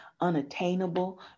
unattainable